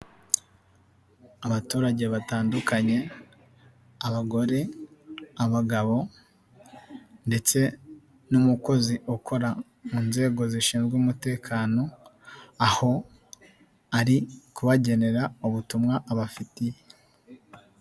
Abaturage batandukanye, abagore, abagabo ndetse n umukozi ukora mu nzego zishinzwe umutekano, aho ari kubagenera ubutumwa abafitiye.